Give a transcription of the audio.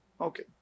Okay